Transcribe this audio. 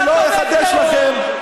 אתה תומך טרור,